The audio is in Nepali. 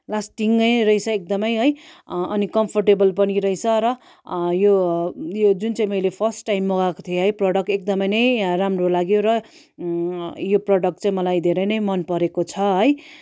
लास्टिङ रहेछ एकदमै अनि कम्फर्टेबल पनि रहेछ र यो यो जुन चाहिँ मैले फर्स्ट टाइम मगाएको थिएँ है प्रडक्ट एकदमै नै राम्रो लाग्यो र यी प्रडक्ट चाहिँ मलाई धेरै नै मन परेको छ है